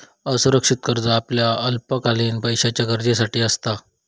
असुरक्षित कर्ज आपल्या अल्पकालीन पैशाच्या गरजेसाठी असता